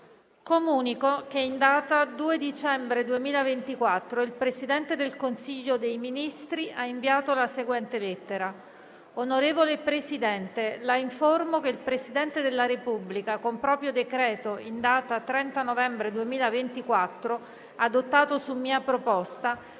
Comunico che in data 2 dicembre 2024 il Presidente del Consiglio dei ministri ha inviato la seguente lettera: «Onorevole Presidente, La informo che il Presidente della Repubblica, con proprio decreto in data 30 novembre 2024, adottato su mia proposta,